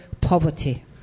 poverty